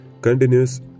continuous